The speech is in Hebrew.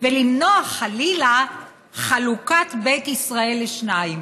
ולמנוע חלילה חלוקת בית ישראל לשניים,